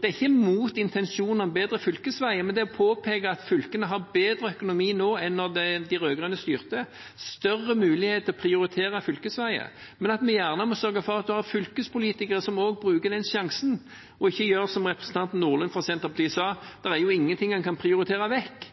Det er ikke imot intensjonene om bedre fylkesveier, det er å påpeke at fylkene har bedre økonomi nå enn da de rød-grønne styrte, og større muligheter til å prioritere fylkesveier. Men vi må sørge for at vi har fylkespolitikere som også bruker den sjansen og ikke sier som representanten Nordlund fra Senterpartiet, at det er ingenting en kan prioritere vekk.